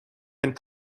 and